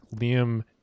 Liam